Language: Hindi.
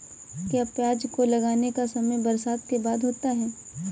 क्या प्याज को लगाने का समय बरसात के बाद होता है?